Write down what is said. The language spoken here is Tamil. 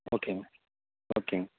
ஓகேங்க ஓகேங்க